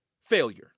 failure